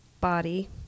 body